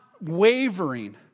wavering